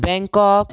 Bangkok